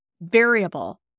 variable